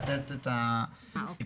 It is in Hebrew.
אני לא אכנס לפרט את הנהלים המשטרתיים,